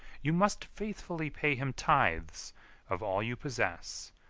you must faithfully pay him tithes of all you possess,